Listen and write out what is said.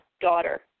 daughter